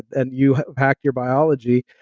and you hacked your biology,